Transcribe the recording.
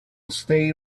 stay